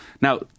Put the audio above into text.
Now